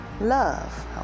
love